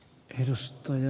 hermostui